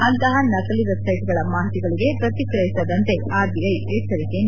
ಅಂತಹ ನಕಲಿ ವೆಬ್ಸೈಟ್ಗಳ ಮಾಹಿತಿಗಳಿಗೆ ಪ್ರತಿಕ್ರಿಯಿಸದಂತೆ ಆರ್ಬಿಐ ಎಚ್ಚರಿಕೆ ನೀಡಿದೆ